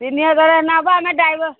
ତିନି ହଜାର ନେବ ଆମେ ଡ୍ରାଇଭର୍